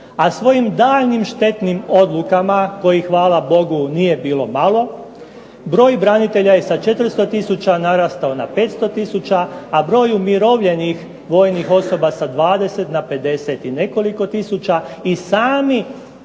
a svojim daljnjim štetnim odlukama, kojih hvala Bogu nije bilo malo, broj branitelja je sa 400 tisuća narastao na 500 tisuća, a broj umirovljenih vojnih osoba sa 20 na 50 i nekoliko tisuća i samim